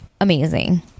Amazing